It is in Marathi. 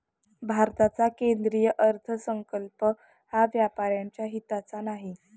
भारताचा केंद्रीय अर्थसंकल्प हा व्यापाऱ्यांच्या हिताचा नाही